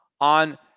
on